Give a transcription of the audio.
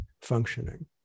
functioning